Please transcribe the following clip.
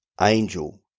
angel